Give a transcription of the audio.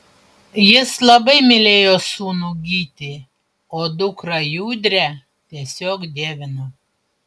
jis labai mylėjo sūnų gytį o dukrą judrę tiesiog dievino